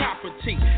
property